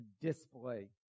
display